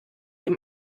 ihm